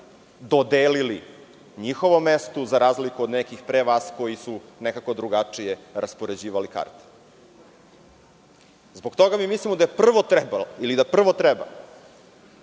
dodelili njihovom mestu, za razliku od nekih pre vas koji su nekako drugačije raspoređivali karte. Zbog toga mi mislimo da je prvo trebalo, ili da prvo treba